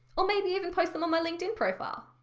or maybe even post them on my linkedin profile.